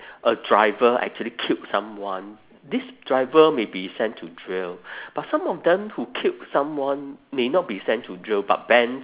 a driver actually killed someone this driver may be sent to jail but some of them who killed someone may not be sent to jail but banned